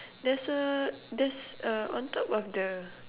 there's a there's uh on top of the